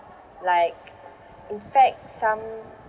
like in fact some